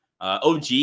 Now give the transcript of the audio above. OG